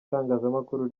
itangazamakuru